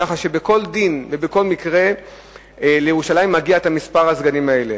כך שבכל דין ובכל מקרה לירושלים מגיע מספר הסגנים הזה.